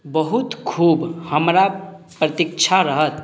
बहुत खूब हमरा प्रतिक्षा रहत